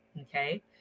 Okay